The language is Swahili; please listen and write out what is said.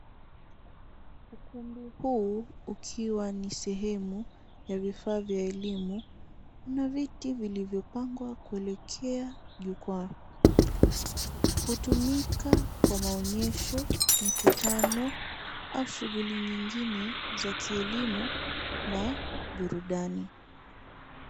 Ukumbi huu ukiwa ni sehemu ya vifaa vya elimu una viti vilivyopangwa kuelekea jukwaa. Hutumiwa kwa maonyesho, mikutano au shughuli nyingine za kielimu na burudani.